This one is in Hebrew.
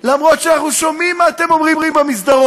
אף-על-פי שאנחנו שומעים מה אתם אומרים במסדרונות.